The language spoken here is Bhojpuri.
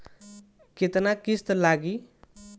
केतना किस्त लागी?